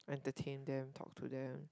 entertain them talk to them